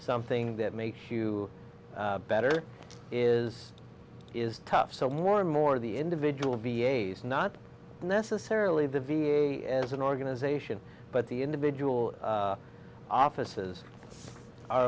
something that makes you better is is tough so more and more the individual v a s not necessarily the v a as an organization but the individual offices are